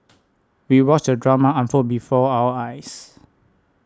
we watched the drama unfold before our eyes